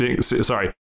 sorry